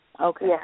Okay